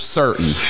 certain